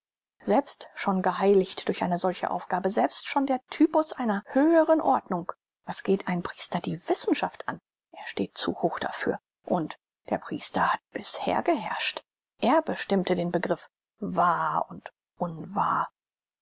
selbst schon geheiligt durch eine solche aufgabe selbst schon der typus einer höheren ordnung was geht einen priester die wissenschaft an er steht zu hoch dafür und der priester hat bisher geherrscht er bestimmte den begriff wahr und unwahr